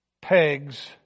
pegs